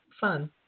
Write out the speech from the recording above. fun